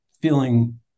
feeling